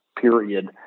period